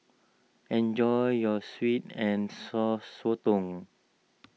enjoy your Sweet and Sour Sotong